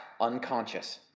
unconscious